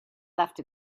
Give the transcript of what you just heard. left